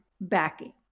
Backing